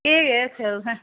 केह् केह् रखे दा तुसें